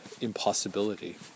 impossibility